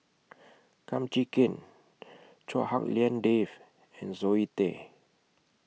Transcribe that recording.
Kum Chee Kin Chua Hak Lien Dave and Zoe Tay